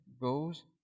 goes